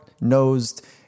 nosed